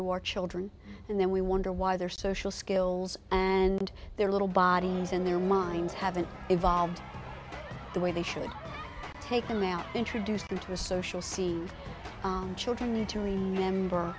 war children and then we wonder why their social skills and their little bodies and their minds haven't evolved the way they should take them out introduce them to the social scene children need to remember